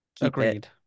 Agreed